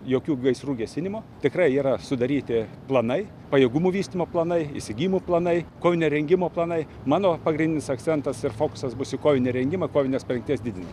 jokių gaisrų gesinimo tikrai yra sudaryti planai pajėgumų vystymo planai įsigyjimo planai kovinio rengimo planai mano pagrindinis akcentas ir fokusas bus į kovinį rengimą ir kovinės parengties didinimą